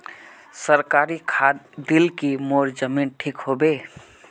सरकारी खाद दिल की मोर जमीन ठीक होबे?